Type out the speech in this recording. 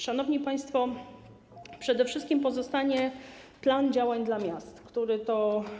Szanowni państwo, przede wszystkim pozostanie plan działań dla miast, który to.